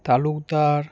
Talukdar